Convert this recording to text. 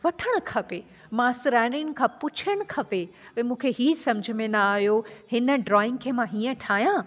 वठणु खपे मास्तरियाणियुनि खां पुछणु खपे मूंखे ई समुझ में न आहियो हिन ड्राइंग खे मां हीअं ठाहियां